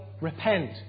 repent